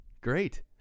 Great